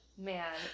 Man